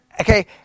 okay